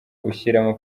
ushyiramo